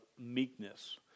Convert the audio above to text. meekness